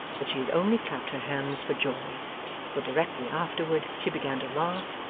that she had only clapped her hands for joy for directly afterward she began to laugh,